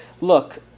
look